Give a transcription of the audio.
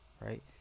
right